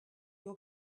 your